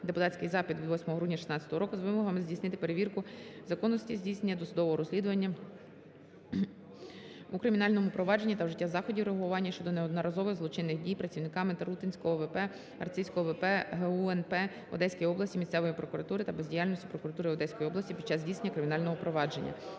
депутатський запит від 8 грудня 2016 року з вимогами здійснити перевірку законності здійснення досудового розслідування у кримінальному провадженні та вжиття заходів реагування щодо неодноразових злочинних дій працівників Тарутинського ВП Арцизького ВП ГУНП в Одеській області, місцевої прокуратури та бездіяльності прокуратури Одеської області під час здійснення кримінального провадження.